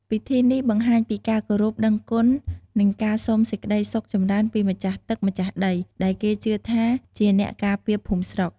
ពិធីនេះបង្ហាញពីការគោរពដឹងគុណ និងការសុំសេចក្តីសុខចម្រើនពីម្ចាស់ទឹកម្ចាស់ដី ដែលគេជឿថាជាអ្នកការពារភូមិស្រុក។